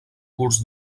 curs